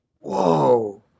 Whoa